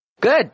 Good